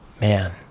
man